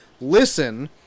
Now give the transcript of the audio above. listen